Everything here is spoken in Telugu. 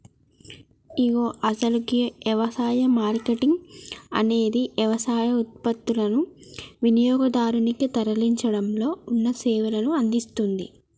ఇగో అసలు గీ యవసాయ మార్కేటింగ్ అనేది యవసాయ ఉత్పత్తులనుని వినియోగదారునికి తరలించడంలో ఉన్న సేవలను అందిస్తుంది